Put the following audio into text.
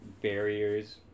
barriers